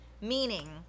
Meaning